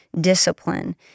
discipline